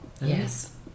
yes